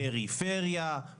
פריפריה,